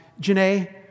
Janae